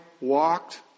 walked